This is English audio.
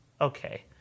okay